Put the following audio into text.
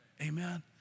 Amen